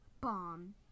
bomb